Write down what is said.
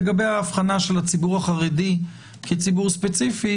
לגבי ההבחנה של הציבור החרדי כציבור ספציפי,